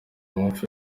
amafi